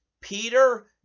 Peter